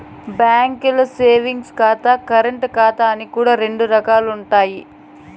బాంకీల్ల సేవింగ్స్ ఖాతా, కరెంటు ఖాతా అని రెండు రకాలుండాయి